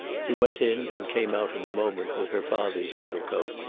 he went in, and came out in a moment with her father's overcoat.